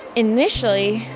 initially,